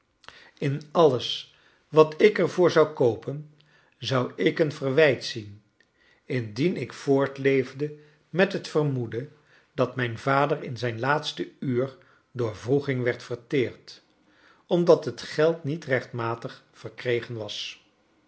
in alles wat ik er voor zou koopen zou ik een verwijt zien indien ik voortleefde met hefc vermoeden dat mijn vader in zijn laatste uur door wroeging werd verteerd omdat het geld niet rechtmatig verkregen was